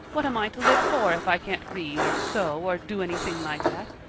what am i to live for if i can't read or sew or do anything like that?